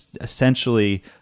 essentially